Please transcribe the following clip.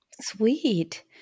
Sweet